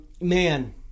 man